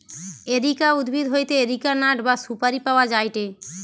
areca উদ্ভিদ হইতে areca nut বা সুপারি পাওয়া যায়টে